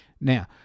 Now